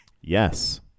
Yes